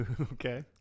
Okay